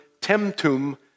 temtum